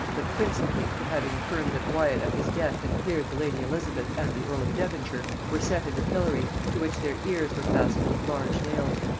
but principally for having affirmed that wyat at his death had cleared the lady elizabeth and the earl of devonshire, were set in the pillory, to which their ears were fastened with large nails.